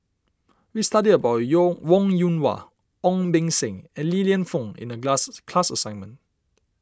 we studied about you Wong Yoon Wah Ong Beng Seng and Li Lienfung in the class assignment